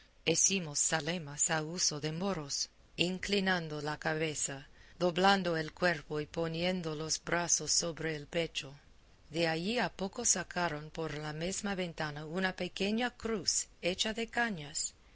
hecimos zalemas a uso de moros inclinando la cabeza doblando el cuerpo y poniendo los brazos sobre el pecho de allí a poco sacaron por la mesma ventana una pequeña cruz hecha de cañas